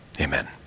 Amen